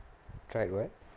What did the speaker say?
tried [what]